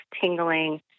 tingling